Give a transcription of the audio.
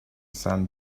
sand